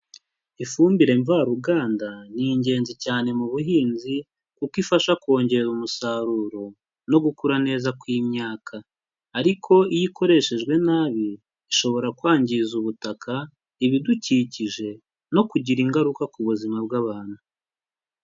Ifumbire mvaruganda ni ingenzi cyane mu buhinzi kuko ifasha kongera umusaruro no gukura neza kw'imyaka. Ariko iyo ikoreshejwe nabi ishobora kwangiza ubutaka, ibidukikije, no kugira ingaruka ku buzima bw'abantu.